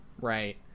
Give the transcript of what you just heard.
Right